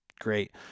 great